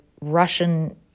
Russian